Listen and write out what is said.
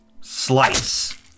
slice